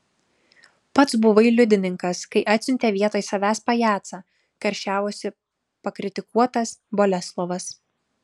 pats buvai liudininkas kai atsiuntė vietoj savęs pajacą karščiavosi pakritikuotas boleslovas